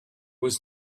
was